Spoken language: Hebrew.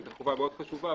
שזו חובה מאוד חשובה,